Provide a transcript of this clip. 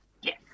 Yes